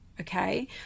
okay